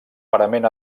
parament